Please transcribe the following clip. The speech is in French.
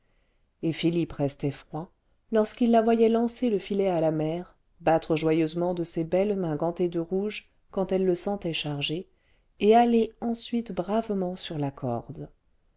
et philippe restait froid lorsqu'il la voyait lancer le filet à la mer battre joyeusement de ses belles mains gantées de rouge quand elle le sentait chargé et hâler ensuite bravement sur la corde